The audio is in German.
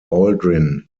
aldrin